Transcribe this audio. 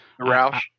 Roush